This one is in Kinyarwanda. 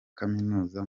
kaminuza